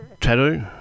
tattoo